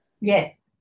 Yes